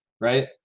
right